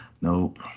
Nope